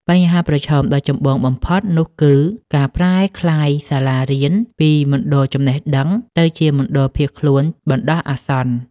បញ្ហាប្រឈមដ៏ចម្បងបំផុតនោះគឺការប្រែក្លាយសាលារៀនពីមណ្ឌលចំណេះដឹង ទៅជាមណ្ឌលភៀសខ្លួនបណ្តោះអាសន្ន។